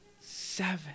seven